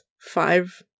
five